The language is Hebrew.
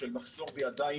של מחסור בידיים